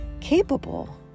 capable